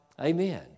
Amen